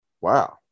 wow